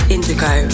Indigo